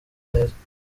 neza